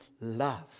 love